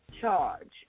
charge